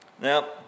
Now